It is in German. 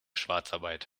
schwarzarbeit